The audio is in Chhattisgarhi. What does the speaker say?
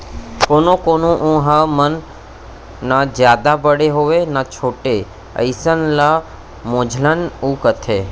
कोनो कोनो ऊन ह न जादा बड़े होवय न छोटे अइसन ल मझोलन ऊन कथें